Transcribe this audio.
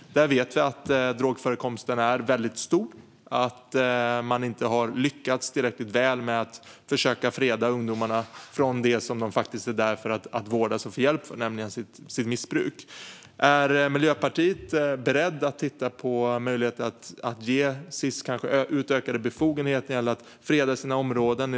Där vet vi att drogförekomsten är väldigt hög. Man har inte lyckats tillräckligt väl med att freda ungdomarna från det som de faktiskt är där för att vårdas och få hjälp för, nämligen sitt missbruk. Är Miljöpartiet berett att titta på möjligheten att ge Sis utökade befogenheter när det gäller att freda sina områden?